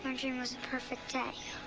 um dream was a perfect day.